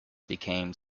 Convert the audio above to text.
became